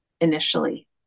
initially